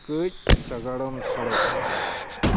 ᱠᱟᱹᱪ ᱥᱟᱜᱟᱲᱚᱢ ᱥᱚᱲᱚᱠ